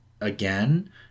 again